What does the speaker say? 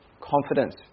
confidence